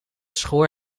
schoor